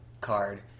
card